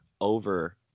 over